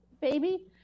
baby